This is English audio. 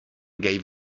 gave